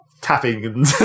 tapping